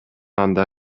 анда